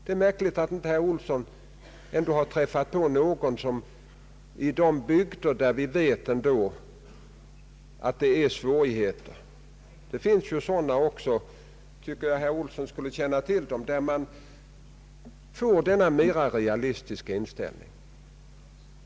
Det är märkligt att inte herr Olsson har träffat någon i dessa bygder där vi vet att svårigheterna är stora — det finns ju sådana — med denna mera realistiska inställning.